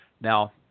Now